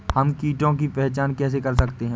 हम कीटों की पहचान कैसे कर सकते हैं?